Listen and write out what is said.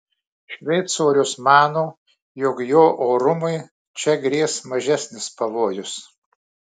šveicorius mano jog jo orumui čia grės mažesnis pavojus